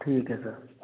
ठीक है सर